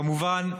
כמובן,